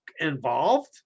involved